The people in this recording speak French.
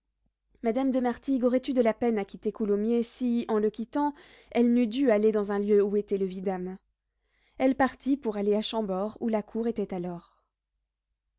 madame de martigues aurait eu de la peine à quitter coulommiers si en le quittant elle n'eût dû aller dans un lieu où était le vidame elle partit pour aller à chambord où la cour était alors